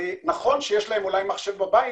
נכון שיש להם מחשב בבית,